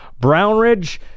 Brownridge